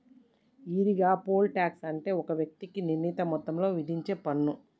ఈరిగా, poll tax అంటే ఒక వ్యక్తికి నిర్ణీత మొత్తంలో ఇధించేపన్ను